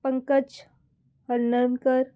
Pankaj Harlankar